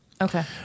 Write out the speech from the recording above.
Okay